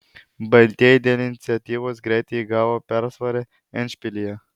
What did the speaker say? baltieji dėl iniciatyvos greitai įgavo persvarą endšpilyje